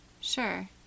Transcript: Sure